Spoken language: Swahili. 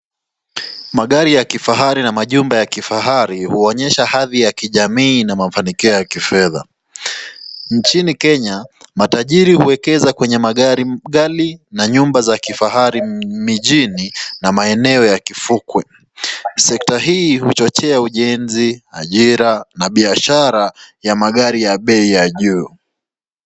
Magari ya kifahari na majumba ya kifahari huonyesha hadhi ya kijamii na mafanikio ya kifedha. Nchini Kenya, matajiri huwekeza kwenye magari ghali na nyumba za kifahari mijini na maeneo ya kifukwe. Sekta hii huchochea ujenzi, ajira na biashara ya magari ya bei ya juu.